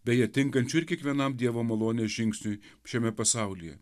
beje tinkančių ir kiekvienam dievo malonės žingsniui šiame pasaulyje